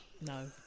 no